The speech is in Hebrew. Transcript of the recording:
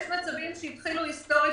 יש מצבים שהתחילו היסטורית,